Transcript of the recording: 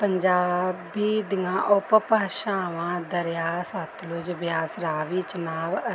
ਪੰਜਾਬੀ ਦੀਆਂ ਉਪ ਭਾਸ਼ਾਵਾਂ ਦਰਿਆ ਸਤਲੁਜ ਬਿਆਸ ਰਾਵੀ ਚਿਨਾਬ ਅ